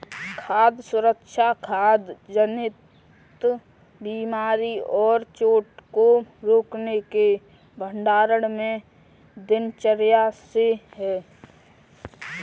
खाद्य सुरक्षा खाद्य जनित बीमारी और चोट को रोकने के भंडारण में दिनचर्या से है